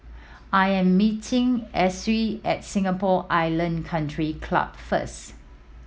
I am meeting Essie at Singapore Island Country Club first